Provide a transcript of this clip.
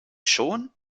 schon